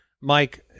Mike